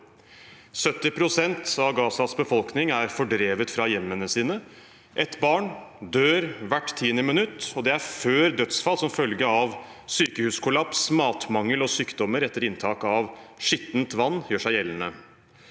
70 pst. av Gazas befolkning er fordrevet fra hjemmet sitt. Et barn dør hvert tiende minutt, og det er før dødsfall som følge av sykehuskollaps, matmangel og sykdommer etter inntak av skittent vann gjør seg gjeldende.